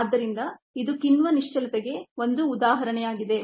ಆದ್ದರಿಂದ ಇದು ಕಿಣ್ವ ನಿಶ್ಚಲತೆಗೆ ಒಂದು ಉದಾಹರಣೆಯಾಗಿದೆ